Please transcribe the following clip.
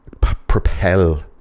propel